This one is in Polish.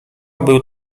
był